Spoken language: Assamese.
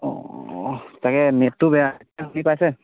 অঁ তাকে নেটটো বেয়া পাইছে